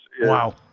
Wow